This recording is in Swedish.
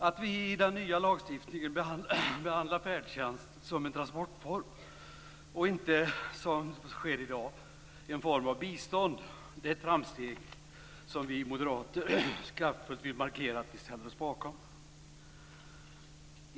Att vi i den nya lagstiftningen behandlar färdtjänst som en transportform och inte, vilket sker i dag, som en form av bistånd, är ett framsteg som vi moderater kraftfullt vill markera att vi ställer oss bakom.